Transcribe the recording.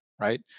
right